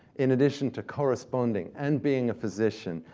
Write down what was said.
in addition to corresponding, and being a physician,